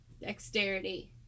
Dexterity